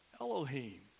Elohim